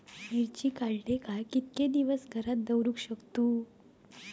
मिर्ची काडले काय कीतके दिवस घरात दवरुक शकतू?